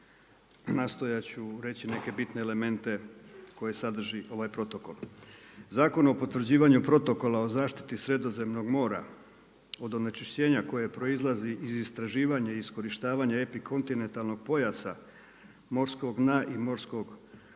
nastojat ću reći neke bitne elemente koje sadrži ovaj protokol. Zakon o potvrđivanju protokola o zaštiti Sredozemnog mora od onečišćenja koje proizlazi iz istraživanja i iskorištavanja epikontinentalnog pojasa, morskog dna i morskog